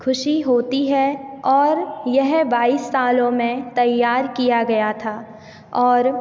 खुशी होती है और यह बाईस सालों में तैयार किया गया था और